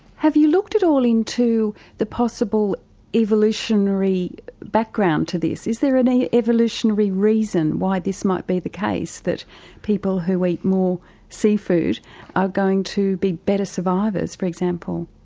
have you looked at all into the possible evolutionary background to this, is there an evolutionary reason why this might be the case that people who eat more seafood are going to be better survivors, for example?